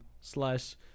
slash